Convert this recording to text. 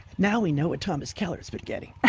now we know what thomas keller has been getting.